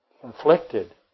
conflicted